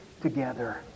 together